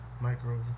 micro